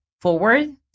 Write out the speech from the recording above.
forward